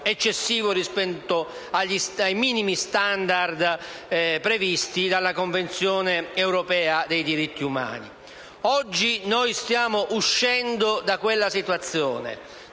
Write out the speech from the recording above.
eccessivo rispetto ai minimi *standard* previsti dalla Convenzione europea dei diritti umani. Oggi stiamo uscendo da quella situazione: